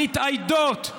מתאיידות?